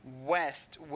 west